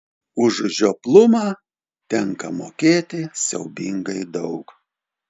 už žioplumą tenka mokėti siaubingai daug